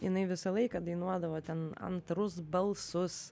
jinai visą laiką dainuodavo ten antrus balsus